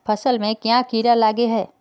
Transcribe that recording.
फसल में क्याँ कीड़ा लागे है?